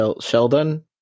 Sheldon